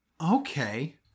Okay